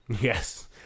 Yes